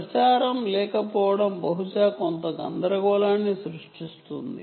practice లేకపోవడం బహుశా కొంత గందరగోళాన్ని సృష్టిస్తుంది